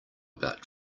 about